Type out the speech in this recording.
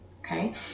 okay